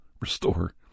restore